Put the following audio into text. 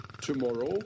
tomorrow